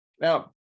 Now